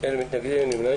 מי נמנע?